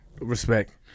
Respect